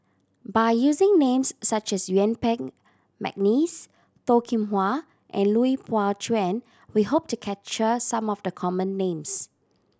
by using names such as Yuen Peng McNeice Toh Kim Hwa and Lui Pao Chuen we hope to capture some of the common names